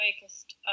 focused